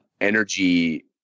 energy